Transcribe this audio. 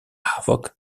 havoc